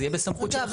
זה יהיה בסמכות שלכם.